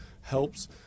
helps